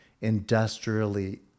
industrially